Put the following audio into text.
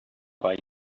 buy